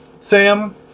Sam